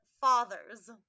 fathers